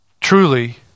Truly